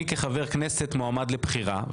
אני כחבר כנסת מועמד לבחירה,